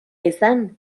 izan